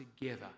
together